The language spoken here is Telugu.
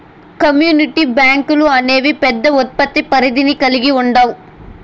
కమ్యూనిటీ బ్యాంకులు అనేవి పెద్ద ఉత్పత్తి పరిధిని కల్గి ఉండవు